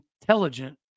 intelligent